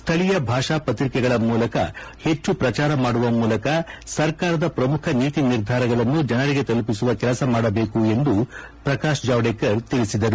ಸ್ಥಳೀಯ ಭಾಷಾ ಪ್ರತಿಕೆಗಳ ಮೂಲಕ ಹೆಚ್ಚು ಪ್ರಜಾರ ಮಾಡುವ ಮೂಲಕ ಸರ್ಕಾರದ ಪ್ರಮುಖ ನೀತಿ ನಿರ್ಧಾರಗಳನ್ನು ಜನರಿಗೆ ತಲುಪಿಸುವ ಕೆಲಸ ಮಾಡಬೇಕು ಎಂದು ಹೇಳಿದ್ದಾರೆ